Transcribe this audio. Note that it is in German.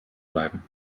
bleiben